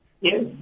Yes